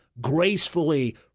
gracefully